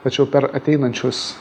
tačiau per ateinančius